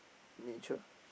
nature